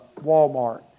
Walmart